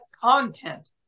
content